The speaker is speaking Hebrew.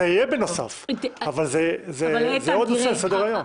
זה יהיה בנוסף, אבל זה עוד נושא לסדר-היום.